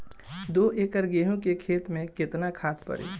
दो एकड़ गेहूँ के खेत मे केतना खाद पड़ी?